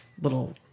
little